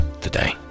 today